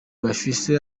bafise